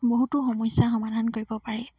বহুতো সমস্যা সমাধান কৰিব পাৰি